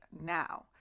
now